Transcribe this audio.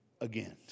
again